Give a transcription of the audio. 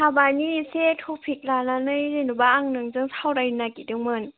हाबानि एसे टपिक लानानै जेनेबा आं नोंजों सावरायनो नागिरदोंमोन